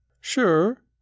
Sure